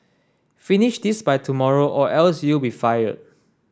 finish this by tomorrow or else you'll be fired